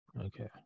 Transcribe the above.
okay